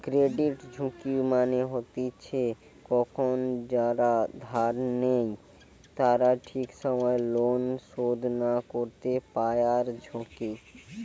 credit ঝুঁকি মানে হতিছে কখন যারা ধার নেই তারা ঠিক সময় লোন শোধ না করতে পায়ারঝুঁকি